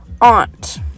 aunt